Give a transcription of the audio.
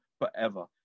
forever